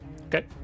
Okay